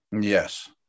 Yes